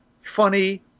funny